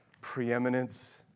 preeminence